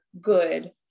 good